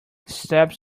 steps